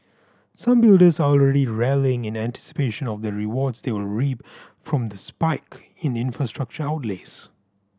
some builders are already rallying in anticipation of the rewards they will reap from the spike in infrastructure outlays